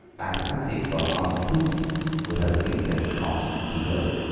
nothing but urgent business would have made them consent to go.